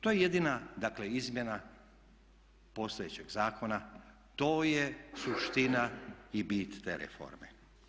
To je jedina dakle izmjena postojećeg zakona, to je suština i bit te reforme.